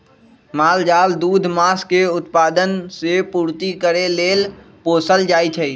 माल जाल दूध, मास के उत्पादन से पूर्ति करे लेल पोसल जाइ छइ